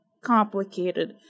complicated